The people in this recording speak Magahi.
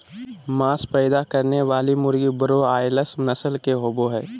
मांस पैदा करने वाली मुर्गी ब्रोआयालर्स नस्ल के होबे हइ